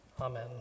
Amen